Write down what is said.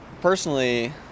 personally